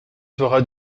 fera